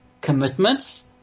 commitments